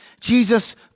Jesus